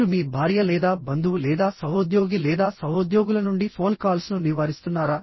మీరు మీ భార్య లేదా బంధువు లేదా సహోద్యోగి లేదా సహోద్యోగుల నుండి ఫోన్ కాల్స్ను నివారిస్తున్నారా